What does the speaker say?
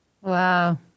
Wow